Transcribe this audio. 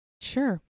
Sure